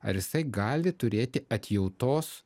ar jisai gali turėti atjautos